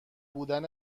بودن